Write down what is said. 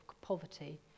poverty